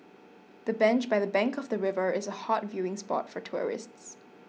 the bench by the bank of the river is a hot viewing spot for tourists